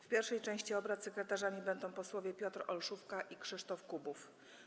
W pierwszej części obrad sekretarzami będą posłowie Piotr Olszówka i Krzysztof Kubów.